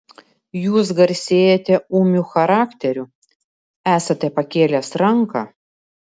jūs garsėjate ūmiu charakteriu esate pakėlęs ranką